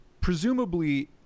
presumably